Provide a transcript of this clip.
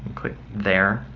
click there,